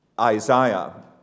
Isaiah